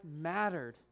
mattered